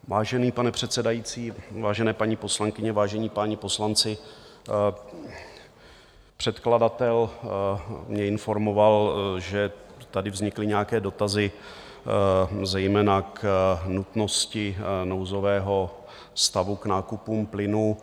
Vážený pane předsedající, vážené paní poslankyně, vážení páni poslanci, předkladatel mě informoval, že tady vznikly nějaké dotazy zejména k nutnosti nouzového stavu k nákupům plynu.